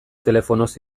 telefonoz